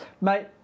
Mate